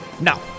No